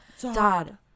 Dad